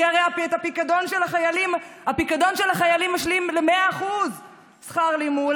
כי הרי פיקדון של החיילים משלים ל-100% שכר לימוד,